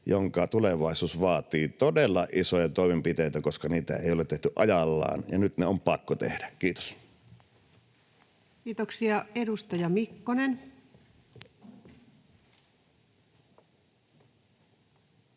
jonka tulevaisuus vaatii todella isoja toimenpiteitä, koska niitä ei ole tehty ajallaan, ja nyt ne on pakko tehdä. — Kiitos. [Speech